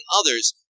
others